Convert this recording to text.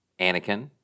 Anakin